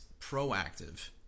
proactive